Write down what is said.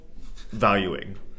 valuing